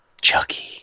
Chucky